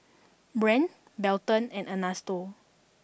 Brandt Belton and Ernesto